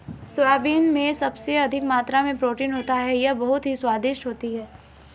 soybean में सबसे अधिक मात्रा में प्रोटीन होता है यह बहुत ही स्वादिष्ट होती हैं